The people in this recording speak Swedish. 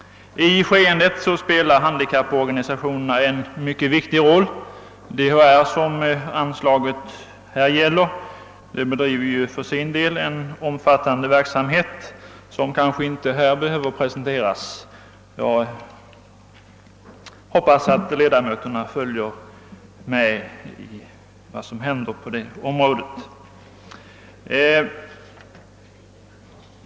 I skeendet spelar även handikapporganisationerna en mycket viktig roll. DHR, som anslaget här gäller, bedriver en omfattande verk samhet, som kanske inte behöver presenteras här — jag antar att kammarens ledamöter följer med vad som händer på detta område.